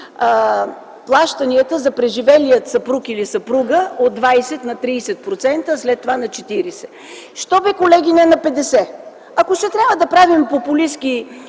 плащанията за преживелия съпруг или съпруга от 20 на 30%, след това на 40%. Защо, колеги, не на 50%? Ако ще трябва да правим популистки